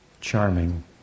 charming